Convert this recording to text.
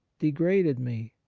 degraded me?